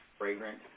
fragrant